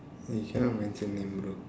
you cannot mention name bro